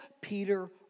Peter